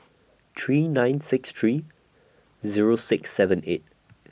three nine six three Zero six seven eight